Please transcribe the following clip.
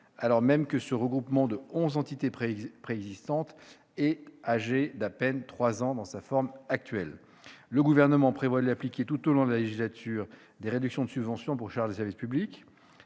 alors même que ce regroupement de onze entités préexistantes est âgé d'à peine trois ans dans sa forme actuelle. Le Gouvernement prévoit de lui appliquer tout au long de la législature des réductions de subvention pour charges de service public-